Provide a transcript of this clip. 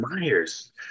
Myers